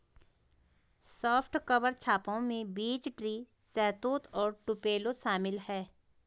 soft cover छापों में beech tree, शहतूत और टुपेलो शामिल है